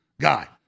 guy